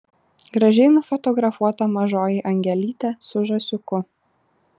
gražiai nufotografuota mažoji angelytė su žąsiuku